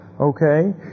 Okay